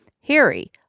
Harry